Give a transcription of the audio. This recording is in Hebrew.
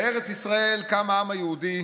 "בארץ ישראל קם העם היהודי,